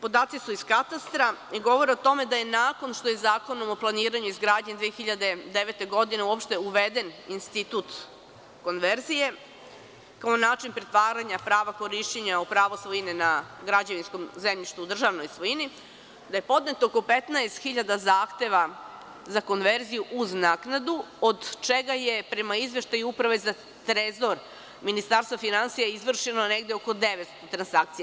Podaci su iz katastra i govore o tome da je nakon što je Zakonom o planiranju i izgradnji 2009. godine uopšte uveden institut konverzije, kao način pretvaranja prava korišćenja u pravo svojina na građevinskom zemljištu u državnoj svojini, da je podneto oko 15.000 zahteva za konverziju uz naknadu, od čega je prema izveštaju Uprave za trezor Ministarstva finansija izvršeno negde oko 900 transakcija.